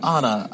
Anna